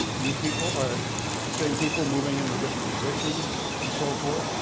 new people, or same people moving into different positions, and so forth.